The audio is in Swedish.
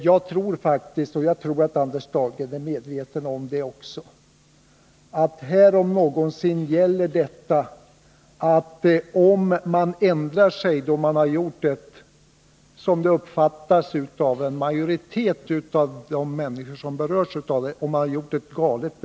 Jag tror faktiskt — och även Anders Dahlgren är nog medveten om det — att här om någonsin gäller att folk uppskattar de människor som ändrar sig efter att ha fattat ett beslut som av en majoritet av de människor som berörs uppfattas som galet.